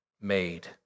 made